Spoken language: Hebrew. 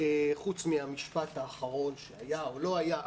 חוץ מהמשפט האחרון שהיה או לא היה.